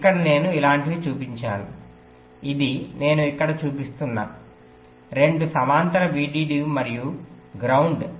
ఇక్కడ నేను ఇలాంటివి చూపించాను ఇది నేను ఇక్కడ చూపిస్తున్న రెండు సమాంతర VDD మరియు గ్రౌండ్